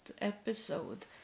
episode